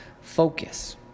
focus